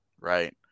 right